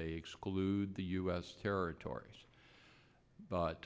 they exclude the u s territories but